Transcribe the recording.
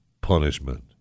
punishment